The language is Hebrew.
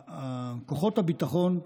כוחות הביטחון,